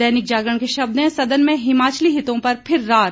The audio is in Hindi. दैनिक जागरण के शब्द हैं सदन में हिमाचली हितों पर फिर रार